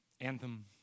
Anthem